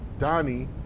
Donnie